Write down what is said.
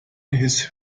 his